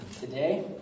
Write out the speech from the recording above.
Today